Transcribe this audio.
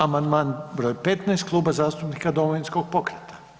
Amandman br. 15 Kluba zastupnika Domovinskog pokreta.